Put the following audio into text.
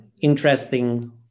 interesting